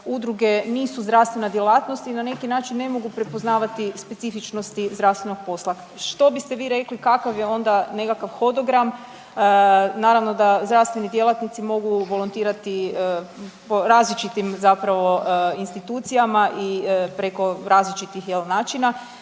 udruge nisu zdravstvena djelatnost i na neki način ne mogu prepoznavati specifičnosti zdravstvenog posla. Što biste vi rekli kakav je onda nekakav hodogram? Naravno da zdravstveni djelatnici mogu volontirati po različitim institucijama i preko različitih načina,